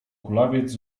kulawiec